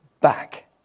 back